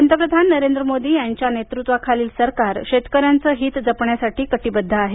पंतप्रधान नरेंद्र मोदी यांच्या नेतृत्वाखालील रालोआ सरकार शेतकऱ्यांचे हित जपण्यासाठी कटीबद्ध आहे